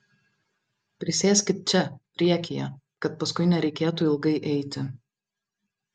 prisėskit čia priekyje kad paskui nereikėtų ilgai eiti